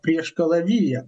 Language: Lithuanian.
prieš kalaviją